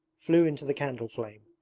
flew into the candle flame,